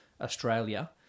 Australia